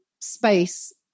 space